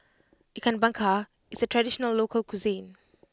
Ikan Bakar is a traditional local cuisine